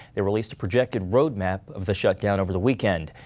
they released a projected roadmap of the shutdown over the weekend.